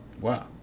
Wow